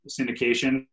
syndication